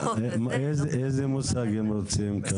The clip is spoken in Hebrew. -- איזה מושג הם רוצים כאן?